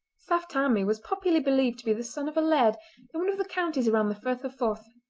saft tammie was popularly believed to be the son of a laird in one of the counties round the firth of forth.